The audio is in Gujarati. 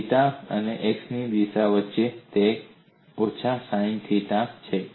થીટા અને x દિશા વચ્ચે તે ઓછા સાઈન થીટા છે